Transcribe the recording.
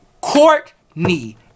Courtney